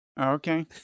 Okay